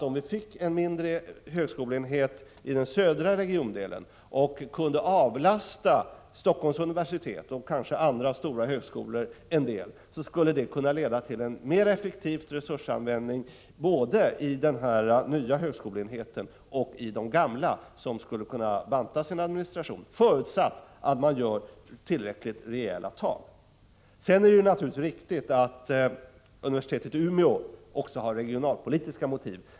Om vi fick en mindre högskoleenhet i den södra regiondelen och i viss mån kunde avlasta Helsingforss universitet och kanske andra stora högskolor, kan jag föreställa mig att det skulle kunna leda till en mer effektiv resursanvändning, både i den nya högskoleenheten och i de gamla, som skulle kunna banta sin administration. Detta förutsätter dock rejäla tag. Det är naturligtvis riktigt att lokaliseringen av universitetet i Umeå också har regionalpolitiska motiv.